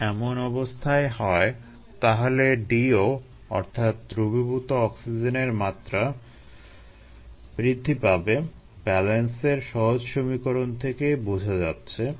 যদি এমন অবস্থাই হয় তাহলে DO অর্থাৎ দ্রবীভূত অক্সিজেনের মাত্রা বৃদ্ধি পাবে ব্যালেন্সের সহজ সমীকরণ থেকেই বোঝা যাচ্ছে